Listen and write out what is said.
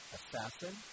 Assassin